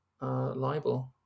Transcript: libel